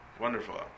Wonderful